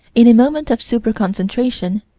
in a moment of super-concentration,